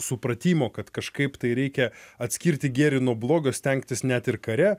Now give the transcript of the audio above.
supratimo kad kažkaip tai reikia atskirti gėrį nuo blogio stengtis net ir kare